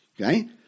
Okay